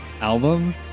album